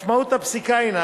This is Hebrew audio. משמעות הפסיקה הינה